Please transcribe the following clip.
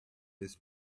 this